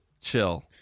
Chill